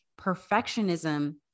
perfectionism